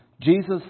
Jesus